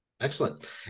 excellent